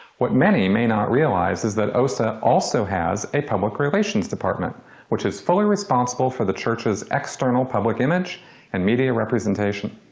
what many may not realize is that osa also has a public relations department which is responsible for the church's external public image and media representation